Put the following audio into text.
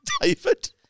David